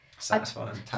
satisfying